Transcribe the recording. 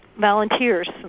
volunteers